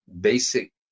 basic